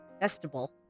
festival